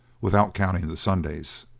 without counting the sundays.